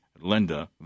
Linda